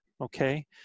Okay